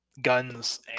guns